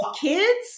kids